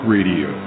Radio